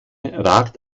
ragt